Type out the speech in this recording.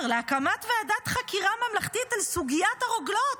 להקמת ועדת חקירה ממלכתית על סוגיית הרוגלות.